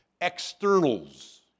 externals